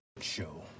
show